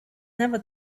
never